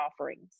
offerings